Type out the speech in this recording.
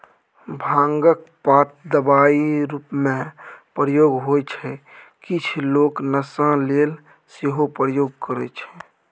भांगक पात दबाइ रुपमे प्रयोग होइ छै किछ लोक नशा लेल सेहो प्रयोग करय छै